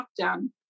lockdown